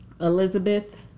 Elizabeth